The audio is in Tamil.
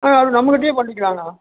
ஆ அது நம்மக்கிட்டையே பண்ணிக்கலாங்க